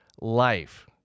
life